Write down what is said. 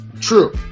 true